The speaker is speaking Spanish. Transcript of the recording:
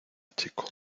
chico